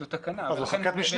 זו תקנה, אבל --- אז זו חקיקת משנה.